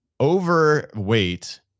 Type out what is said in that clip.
overweight